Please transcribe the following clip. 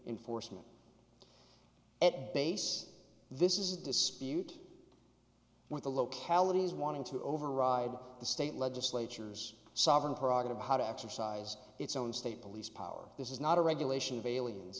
enforcement at base this is a dispute with the localities wanting to override the state legislature's sovereign prerogative how to exercise its own state police power this is not a regulation